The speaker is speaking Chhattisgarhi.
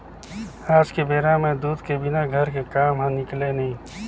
आज के बेरा म दूद के बिना घर के काम ह निकलय नइ